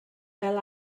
fel